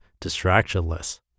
Distractionless